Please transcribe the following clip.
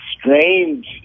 strange